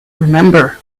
remember